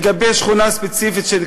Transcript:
לגבי שכונה ספציפית בדאלית-אלכרמל,